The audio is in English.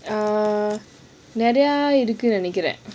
err நெறய இருக்குனு நெனக்கிறேன்:neraya irukkunu nenakkiren